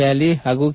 ವ್ನಾಲಿ ಹಾಗೂ ಕೆ